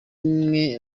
mwe